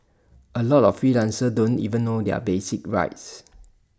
A lot of freelancers don't even know their basic rights